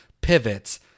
pivots